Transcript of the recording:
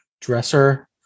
dresser